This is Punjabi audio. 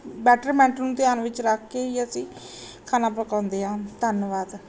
ਬੈਟਰਮੈਂਟ ਨੂੰ ਧਿਆਨ ਵਿੱਚ ਰੱਖ ਕੇ ਹੀ ਅਸੀਂ ਖਾਣਾ ਪਕਾਉਂਦੇ ਹਾਂ ਧੰਨਵਾਦ